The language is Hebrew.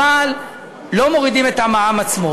אבל לא מורידים את המע"מ עצמו,